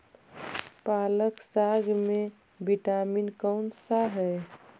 पालक साग में विटामिन कौन सा है?